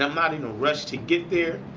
not not even rushed to get there,